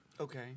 okay